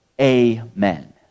Amen